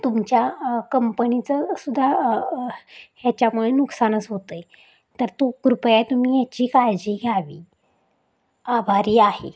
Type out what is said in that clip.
तुमच्या कंपनीचं सुद्धा ह्याच्यामुळे नुकसानच होतं आहे तर तो कृपया तुम्ही याची काळजी घ्यावी आभारी आहे